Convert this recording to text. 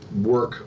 work